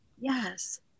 Yes